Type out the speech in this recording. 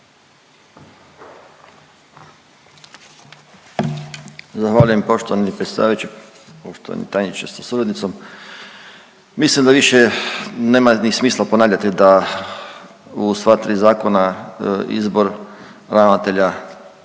Zahvaljujem poštovani predsjedavajući, poštovani tajniče sa suradnicom. Mislim da više nema ni smisla ponavljati da u sva tri zakona izbor ravnatelja